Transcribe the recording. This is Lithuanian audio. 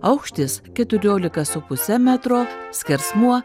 aukštis keturiolika su puse metro skersmuo